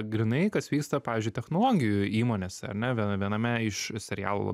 grynai kas vyksta pavyzdžiui technologijų įmonėse ar ne viena viename iš serialų